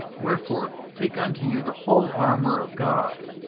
wherefore take unto you the whole armour of god,